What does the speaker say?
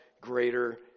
greater